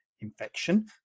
infection